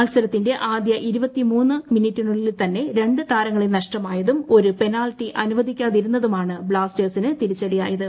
മത്സരത്തിന്റെ ആദ്യപ്ട്ട്ട് മിന്നീറ്റിനുള്ളിൽ തന്നെ രണ്ട് താരങ്ങളെ നഷ്ടമായതും ഒരു പെനാൽറ്റി ൽക്കുവ്ദിക്കാതിരുന്നതുമാണ് ബ്ലാസ്റ്റേഴ്സിന് ്തിരിച്ചടിയായത്